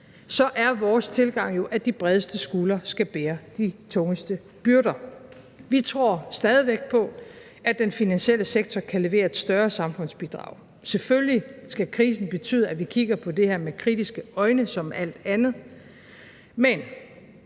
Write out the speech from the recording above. er vores tilgang jo, at de bredeste skuldre skal bære de tungeste byrder. Vi tror stadig væk på, at den finansielle sektor kan levere et større samfundsbidrag. Selvfølgelig skal krisen betyde, at vi kigger på det her med kritiske øjne som med alt andet, men